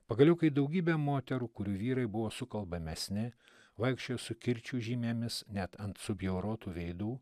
pagaliau kai daugybė moterų kurių vyrai buvo sukalbamesni vaikščiojo su kirčių žymėmis net ant subjaurotų veidų